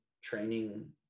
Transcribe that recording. training